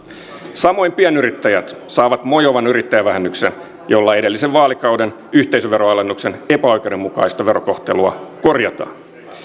samoin pienyrittäjät saavat mojovan yrittäjävähennyksen jolla edellisen vaalikauden yhteisöveroalennuksen epäoikeudenmukaista verokohtelua korjataan